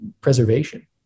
preservation